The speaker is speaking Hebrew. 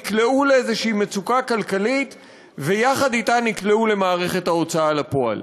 נקלעו לאיזושהי מצוקה כלכלית ויחד אתה נקלעו למערכת ההוצאה לפועל.